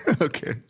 Okay